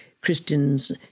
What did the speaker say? Christians